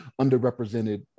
underrepresented